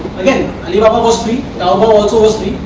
again alibaba was free, taobao also was